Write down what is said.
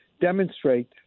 demonstrate